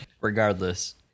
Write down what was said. Regardless